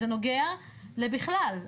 זה נוגע לבכלל,